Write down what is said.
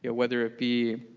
yeah whether it be